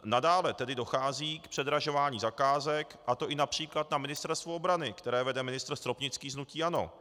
Nadále tedy dochází k předražování zakázek, a to například i na Ministerstvu obrany, které vede ministr Stropnický z hnutí ANO.